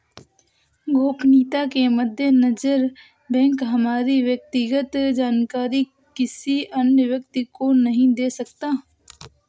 गोपनीयता के मद्देनजर बैंक हमारी व्यक्तिगत जानकारी किसी अन्य व्यक्ति को नहीं दे सकता